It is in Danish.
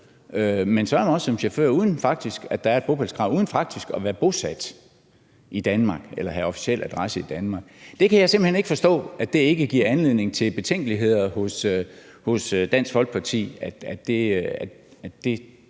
faktisk er et bopælskrav, uden at være bosat i Danmark eller have officiel adresse i Danmark. Det kan jeg simpelt hen ikke forstå ikke giver anledning til betænkeligheder hos Dansk Folkeparti, og at det